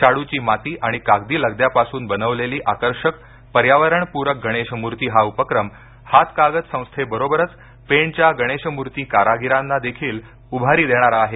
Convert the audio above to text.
शाडूची माती आणि कागदी लगद्यापासून बनलेली आकर्षक पर्यावरणपूरक गणेश मूर्ती हा उपक्रम हातकागद संस्थेबरोबरच पेणच्या गणेशमूर्ती कारागिरांना देखील उभारी देणारा आहे